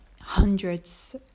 hundreds